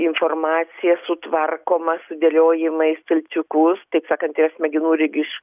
informacija sutvarkoma sudėliojama į stalčiukus taip sakant yra smegenų lyg iš